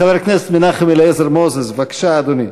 חבר הכנסת מנחם אליעזר מוזס, בבקשה, אדוני.